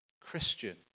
Christian